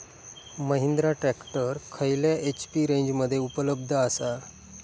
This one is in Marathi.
महिंद्रा ट्रॅक्टर खयल्या एच.पी रेंजमध्ये उपलब्ध आसा?